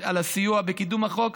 על הסיוע בקידום החוק,